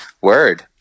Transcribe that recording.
word